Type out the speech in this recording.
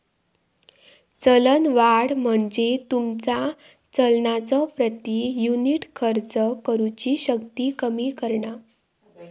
चलनवाढ म्हणजे तुमचा चलनाचो प्रति युनिट खर्च करुची शक्ती कमी करणा